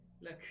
look